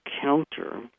counter